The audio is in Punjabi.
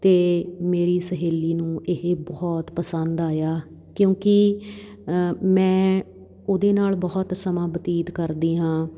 ਅਤੇ ਮੇਰੀ ਸਹੇਲੀ ਨੂੰ ਇਹ ਬਹੁਤ ਪਸੰਦ ਆਇਆ ਕਿਉਂਕਿ ਮੈਂ ਉਹਦੇ ਨਾਲ ਬਹੁਤ ਸਮਾਂ ਬਤੀਤ ਕਰਦੀ ਹਾਂ